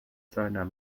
seiner